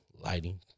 lighting